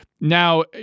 now